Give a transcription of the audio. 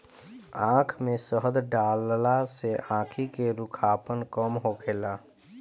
आँख में शहद डालला से आंखी के रूखापन कम होखेला